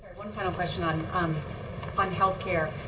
one final question on um on health care.